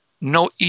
No